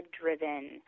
driven